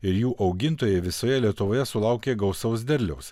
ir jų augintojai visoje lietuvoje sulaukė gausaus derliaus